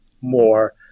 more